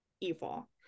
evil